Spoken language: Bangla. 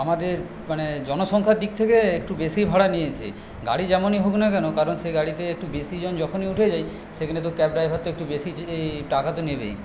আমাদের মানে জনসংখ্যার দিক থেকে একটু বেশিই ভাড়া নিয়েছে গাড়ি যেমনই হোক না কেন কারণ সে গাড়িতে একটু বেশিজন যখনই উঠে যাই সেখানে ক্যাব ড্রাইভার একটু বেশি টাকা তো নেবেই